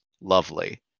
Lovely